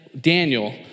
Daniel